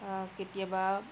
কেতিয়াবা